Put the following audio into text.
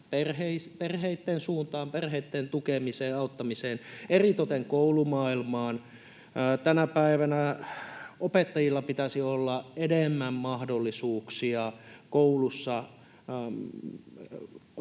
perheitten suuntaan, perheitten tukemiseen ja auttamiseen, eritoten koulumaailmaan. Tänä päivänä opettajilla pitäisi olla enemmän mahdollisuuksia koulussa tuoda